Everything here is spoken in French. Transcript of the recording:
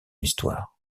histoire